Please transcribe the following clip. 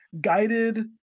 guided